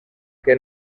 que